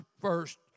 first